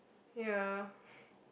ya